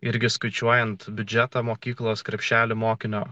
irgi skaičiuojant biudžetą mokyklos krepšelį mokinio